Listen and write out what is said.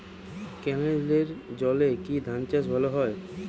ক্যেনেলের জলে কি ধানচাষ ভালো হয়?